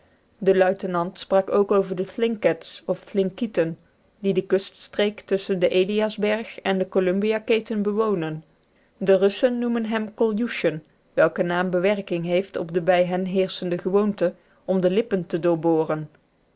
de luitenant sprak ook over de thlinkets of thlinkiten die de kuststreek tusschen den eliasberg en de columbia keten bewonen de russen noemen hen koljuschen welke naam betrekking heeft op de bij hen heerschende gewoonte om de lippen te